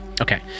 Okay